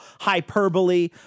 hyperbole